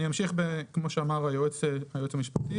אמשיך כמו שאמר היועץ המשפטי.